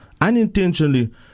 unintentionally